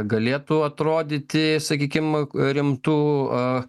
galėtų atrodyti sakykim rimtų